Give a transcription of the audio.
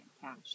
cash